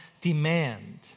demand